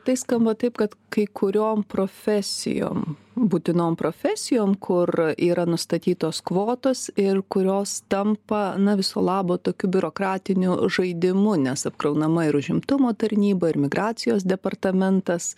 tai skamba taip kad kai kuriom profesijom būtinom profesijom kur yra nustatytos kvotos ir kurios tampa na viso labo tokiu biurokratiniu žaidimu nes apkraunama ir užimtumo tarnyba ir migracijos departamentas